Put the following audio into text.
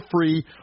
free